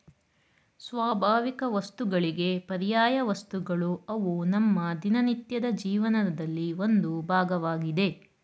ಸ್ವಾಭಾವಿಕವಸ್ತುಗಳಿಗೆ ಪರ್ಯಾಯವಸ್ತುಗಳು ಅವು ನಮ್ಮ ದಿನನಿತ್ಯದ ಜೀವನದಲ್ಲಿ ಒಂದು ಭಾಗವಾಗಿದೆ